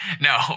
no